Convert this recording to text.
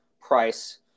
Price